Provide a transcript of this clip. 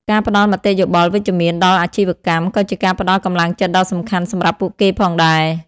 ការផ្តល់មតិយោបល់វិជ្ជមានដល់អាជីវកម្មក៏ជាការផ្តល់កម្លាំងចិត្តដ៏សំខាន់សម្រាប់ពួកគេផងដែរ។